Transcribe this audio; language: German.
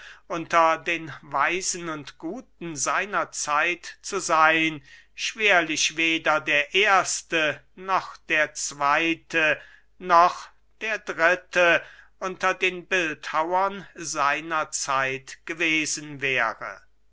unter den weisen und guten seiner zeit zu seyn schwerlich weder der erste noch der zweyte noch der dritte unter den bildhauern seiner zeit geworden wäre